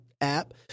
app